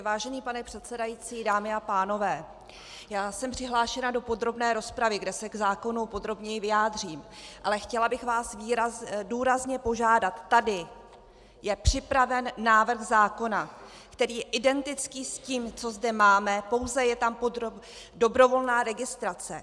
Vážený pane předsedající, dámy a pánové, jsem přihlášena do podrobné rozpravy, kde se k zákonu podrobněji vyjádřím, ale chtěla bych vás důrazně požádat, tady je připraven návrh zákona, který je identický s tím, co zde máme, pouze je tam dobrovolná registrace.